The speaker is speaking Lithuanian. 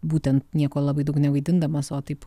būtent nieko labai daug nevaidindamas o taip